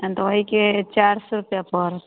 तऽ ओहिके चारि सऔ रुपैआ पड़त